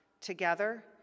together